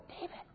David